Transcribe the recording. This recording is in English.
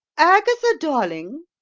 agatha, darling!